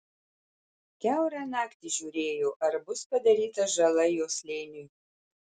kiaurą naktį žiūrėjo ar bus padaryta žala jo slėniui